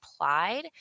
applied